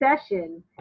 session